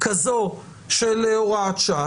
כזו של הוראת שעה.